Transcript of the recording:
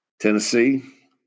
Tennessee